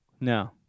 No